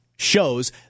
shows